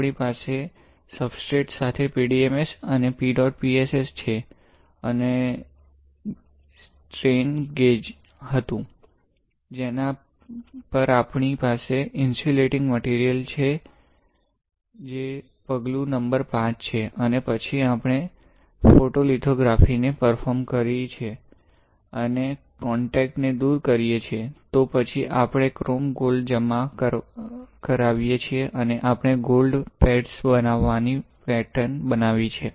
આપણી પાસે સબસ્ટ્રેટ સાથે PDMS અને PEDOT PSS છે એક સ્ટ્રેજ ગેજ હતું જેના પર આપણી પાસે ઇન્સ્યુલેટીંગ મટિરિયલ છે જે પગલું નંબર V છે અને પછી આપણે ફોટોલિથોગ્રાફી ને પર્ફોર્મ કરી છે અને કોન્ટેક્ટ ને દૂર કરીએ છીએ તો પછી આપણે ક્રોમ ગોલ્ડ જમા કરાવીએ છીએ અને આપણે ગોલ્ડ પેડ્સ બનાવવાની પેટર્ન બનાવી છે